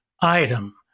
item